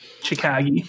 Chicago